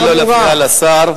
נא לא להפריע לשר.